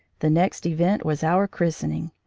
the next event was our christening,